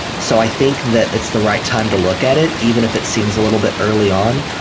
so i think that it's the right time to look at it even if it seems a little bit early on.